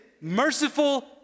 merciful